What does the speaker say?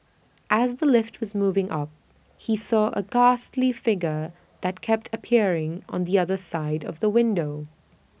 as the lift was moving up he saw A ghastly figure that kept appearing on the other side of the window